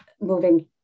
moving